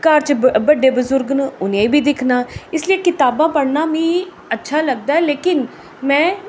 घर च बड्डे बजुर्ग न उ'नेंगी बी दिक्खना इस लेई कताबां पढ़ना मी अच्छा लगदा ऐ लेकिन में